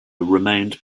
remained